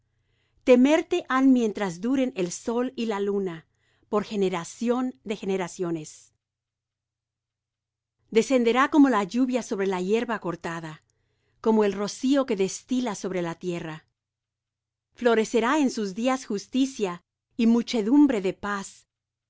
temerte han mientras duren el sol y la luna por generación de generaciones descenderá como la lluvia sobre la hierba cortada como el rocío que destila sobre la tierra florecerá en sus día justicia y muchedumbre de paz